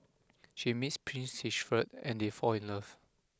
she meets Prince Siegfried and they fall in love